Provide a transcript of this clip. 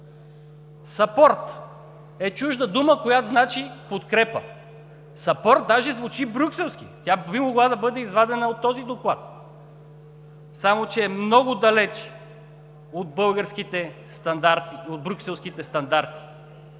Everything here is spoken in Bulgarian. Съпорт е чужда дума, която значи подкрепа. Съпорт даже звучи брюкселски! Тя би могла да бъде извадена от този доклад, само че е много далеч от брюкселските стандарти!